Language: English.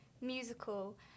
musical